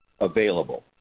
available